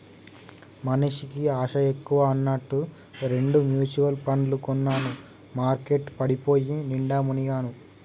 మనిషికి ఆశ ఎక్కువ అన్నట్టు రెండు మ్యుచువల్ పండ్లు కొన్నాను మార్కెట్ పడిపోయి నిండా మునిగాను